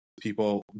people